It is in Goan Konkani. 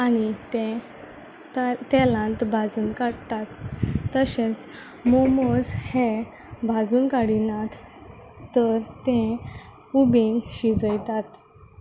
आनी तें तेलांत बाजून काडटात तशेंच मोमोज हे भाजून काडिनात तर ते उबेन शिजयतात